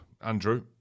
Andrew